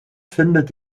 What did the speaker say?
findet